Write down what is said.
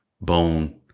bone